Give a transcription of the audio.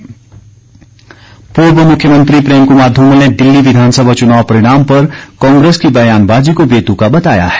धूमल पूर्व मुख्यमंत्री प्रेम कुमार ध्रमल ने दिल्ली विधानसभा चुनाव परिणाम पर कांग्रेस की बयानबाजी को बेतुका बताया है